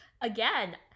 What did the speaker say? again